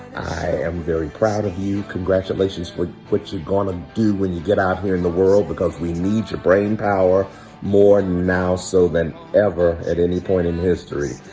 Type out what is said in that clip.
i am very proud of you. congratulations for what you're going to do when you get out here in the world, because we need your brain power more now so than ever at any point in history.